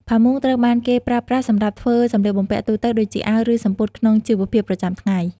ផាមួងត្រូវបានគេប្រើប្រាស់សម្រាប់ធ្វើ សម្លៀកបំពាក់ទូទៅ ដូចជាអាវ ឬសំពត់ក្នុងជីវភាពប្រចាំថ្ងៃ។